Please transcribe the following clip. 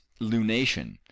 lunation